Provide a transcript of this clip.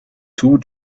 two